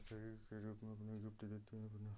सभी फिर अपने अपने गिफ्ट देते हैं अपना